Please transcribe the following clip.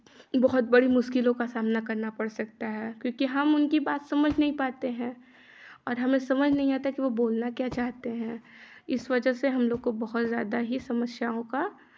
बहुत बड़ी मुश्किलों का सामना करना पड़ सकता है क्योंकि हम उनकी बात समझ नहीं पाते हैं और हमें समझ नहीं आता है कि वो बोलना क्या चाहते हैं इस वजह से हमलोग को बहुत ज़्यादा ही समस्याओं का